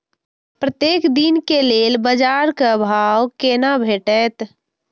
प्रत्येक दिन के लेल बाजार क भाव केना भेटैत?